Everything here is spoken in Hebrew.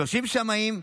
30 שמאים,